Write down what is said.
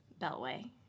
Beltway